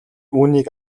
үүнийг